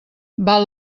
val